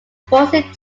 enforcing